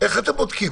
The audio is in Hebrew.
איך אתם בודקים?